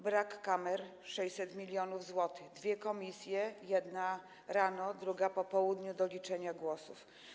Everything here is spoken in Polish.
Brak kamer - 600 mln zł, dwie komisje - jedna rano, druga po południu do liczenia głosów.